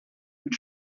mit